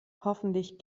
hoffentlich